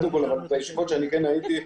בישיבות שאני הייתי,